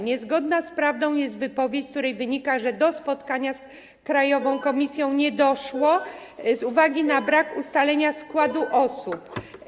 Niezgoda z prawdą jest wypowiedź, z której wynika, że do spotkania z krajową komisją nie doszło z uwagi na brak ustalenia składu osób.